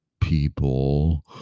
people